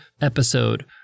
episode